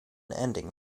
ending